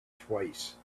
twice